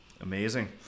Amazing